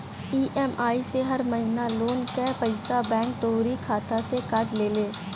EMI से हर महिना लोन कअ पईसा बैंक तोहरी खाता से काट लेले